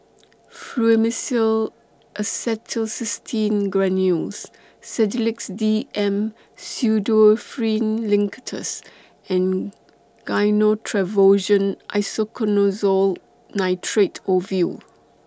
Fluimucil Acetylcysteine Granules Sedilix D M Pseudoephrine Linctus and Gyno Travogen Isoconazole Nitrate Ovule